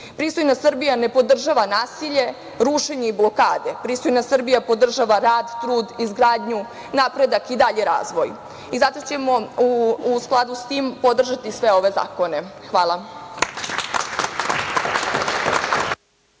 Pristojna Srbija ne podržava nasilje, rušenje i blokade. Pristojna Srbija podržava rad, trud, izgradnju, napredak i dalji razvoj i zato ćemo u skladu sa tim podržati sve ove zakone. Hvala.